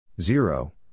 Zero